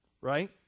Right